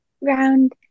round